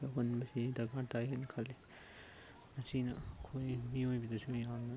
ꯌꯥꯎꯍꯟꯕꯁꯤ ꯗꯔꯀꯥꯔ ꯇꯥꯏ ꯍꯥꯏꯅ ꯈꯜꯂꯤ ꯃꯁꯤꯅ ꯑꯩꯈꯣꯏ ꯃꯤꯑꯣꯏꯕꯗꯁꯨ ꯌꯥꯝꯅ